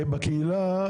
בקהילה,